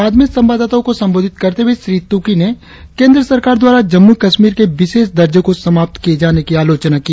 बाद में संवाददाताओं को संबोधित करते हुए श्री तुकी ने केंद्र सरकार द्वारा जम्मू कश्मीर के विशेष दर्जे को समाप्त किये जाने की आलोचना की